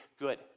good